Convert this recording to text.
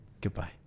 Goodbye